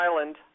Island